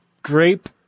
Grape